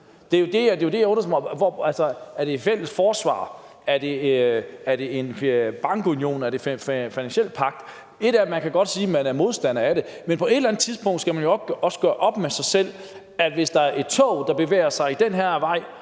Det er det, jeg undrer mig over. Er det et fælles forsvar, er det en bankunion, er det en finansiel pagt? Én ting er, at man godt kan sige, at man er modstander af det, men på et eller andet tidspunkt skal man jo også gøre op med sig selv, at hvis der er et tog, der bevæger sig i den her